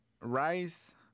rice